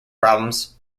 problems